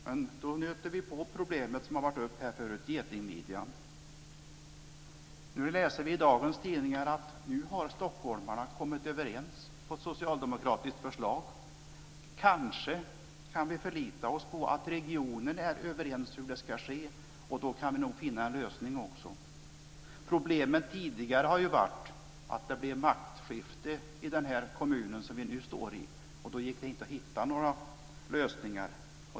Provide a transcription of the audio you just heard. Men då möter vi problemet med getingmidjan, som varit uppe här tidigare. Nu läser vi i dagens tidningar att stockholmarna kommit överens, på socialdemokratiskt förslag. Kanske kan vi förlita oss på att regionen är överens om hur det ska ske, och då kan vi nog finna en lösning också. Problemen tidigare har ju varit att det blev maktskifte i den kommun som vi nu står i, och det gick inte att hitta några lösningar.